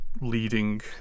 leading